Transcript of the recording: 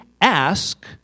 ask